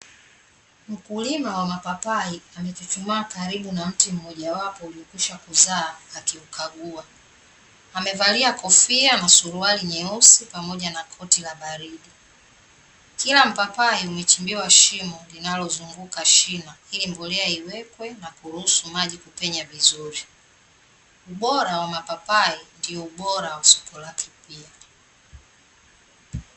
Mkulima wa mapapai amechuchumaa karibu na mti mmojawapo uliokwisha kuzaa akiukagua, amevalia kofia na suruali nyeusi pamoja na koti la baridi. Kila mpapai umechimbiwa shimo linalozunguka shina ili mbolea iwekwe na kuruhusu maji kupenya vizuri, ubora wa mapapai ndio ubora wa soko lake pia.